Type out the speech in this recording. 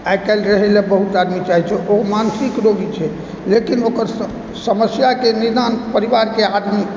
आइ काल्हि रहय लए बहुत आदमी चाहैत छै ओ मानसिक रोगी छै लेकिन ओकर समस्याके निदान परिवारके आदमी